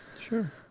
Sure